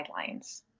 guidelines